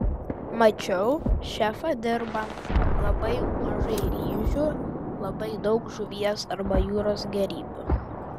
mačiau šefą dirbant labai mažai ryžių labai daug žuvies arba jūros gėrybių